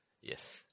Yes